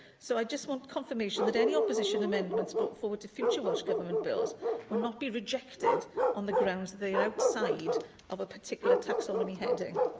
so i just want confirmation that any opposition amendments brought forward to future welsh government bills will not be rejected on the grounds that they're outside of a particular taxonomy heading.